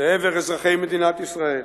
לעבר אזרחי מדינת ישראל.